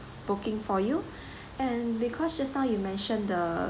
booking for you and because just now you mention the